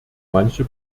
manche